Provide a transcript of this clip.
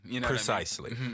Precisely